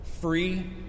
free